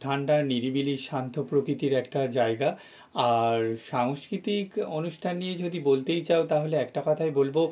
ঠান্ডা নিরিবিলি শান্ত প্রকিতির একটা জায়গা আর সাংস্কৃতিক অনুষ্ঠান নিয়ে যদি বলতেই চাও তাহলে একটা কথাই বলবো